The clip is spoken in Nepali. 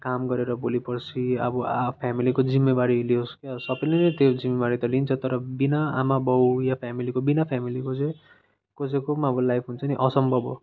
काम गरेर भोलिपर्सि अब आ फ्यामिलीको जिम्मेवारी लियोस् के अब सबैले नै त्यो जिम्मेवारी त लिन्छ तर बिना आमा बाउ या फ्यामिलीको बिना फ्यामिलीको चाहिँ कसैको पनि अब लाइफ हुन्छ नि असम्भव हो